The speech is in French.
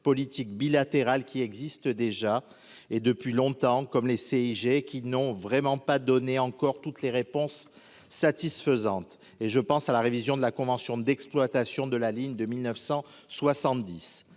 politique bilatérale qui existe déjà et depuis longtemps, comme les CIG qui n'ont vraiment pas donné encore toutes les réponses satisfaisantes et je pense à la révision de la convention d'exploitation de la ligne de 1970